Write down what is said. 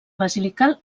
basilical